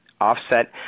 offset